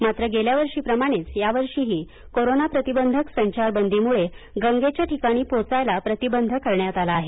मात्र गेल्या वर्षीप्रमाणेच यावर्षीही कोरोना प्रतिबंधक संचारबंदीमुळे गंगेच्या ठिकाणी पोहोचायला प्रतिबंध करण्यात आला आहे